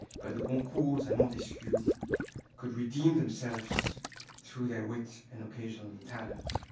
but the goncourts and montesquiou could redeem themselves through their wit and occasional talent.